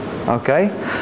okay